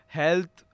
health